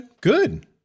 good